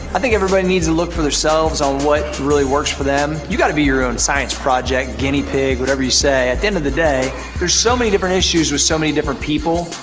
i think everybody needs to look for their selves on what really works for them. you got to be your own science project, guinea pig, whatever you say. at the end of the day, there's so many different issues with so many different people,